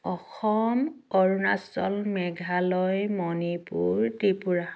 Assam Arunachal Meghalaya Manipur Tripura